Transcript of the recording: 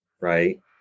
right